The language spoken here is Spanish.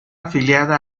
afiliada